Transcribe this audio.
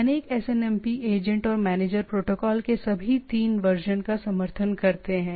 अनेक SNMP agent और manager protocol के सभी 3 वर्जन का समर्थन करते हैं